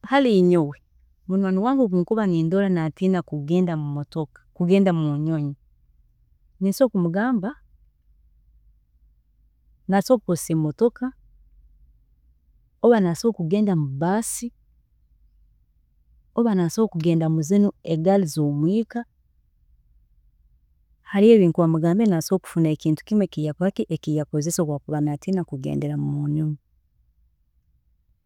﻿Kare nyowe munywaani wange obu nkurola nindola natiina kugenda mumotoka, kugenda munyonyi, ninsobola kumugamba nasobola kukozesa emotoka, oba nasobola kugenda mu bus, oba nasobola kugenda mu zinu egaari z'omwiika, hari ebi ebinkuba mugambiire nasobola kurondaho ekintu kimu eki asobola kukozesa obu akuba natiina kugendera munyonyi